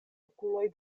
okuloj